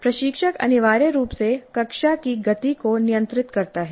प्रशिक्षक अनिवार्य रूप से कक्षा की गति को नियंत्रित करता है